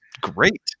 great